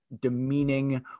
demeaning